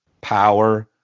power